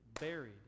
buried